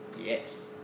yes